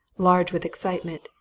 large with excitement,